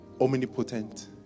omnipotent